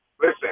Listen